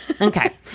Okay